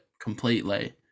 completely